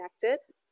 connected